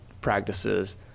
practices